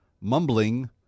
mumbling